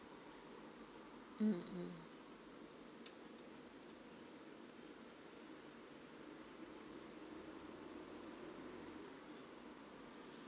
mm mm